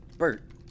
Bert